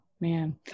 man